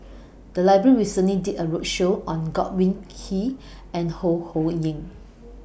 The Library recently did A roadshow on Godwin Koay and Ho Ho Ying